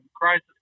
crisis